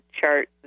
chart